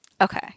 Okay